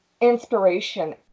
inspiration